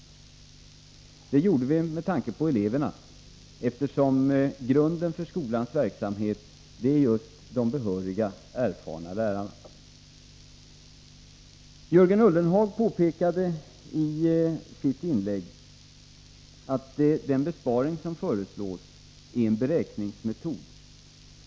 Detta ställningstagande gjorde vi med tanke på eleverna, eftersom grunden för skolans verksamhet är just de behöriga, erfarna lärarna. Jörgen Ullenhag påpekade i sitt inlägg att den besparing som föreslås är en beräkningsmetod.